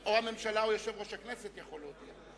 או הממשלה או יושב-ראש הכנסת יכולים להודיע,